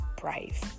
brave